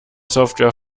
software